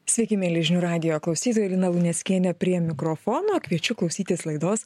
sveiki mieli žinių radijo klausytojai lina luneckienė prie mikrofono kviečiu klausytis laidos